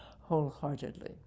wholeheartedly